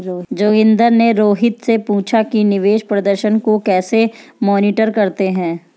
जोगिंदर ने रोहित से पूछा कि निवेश प्रदर्शन को कैसे मॉनिटर करते हैं?